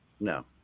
no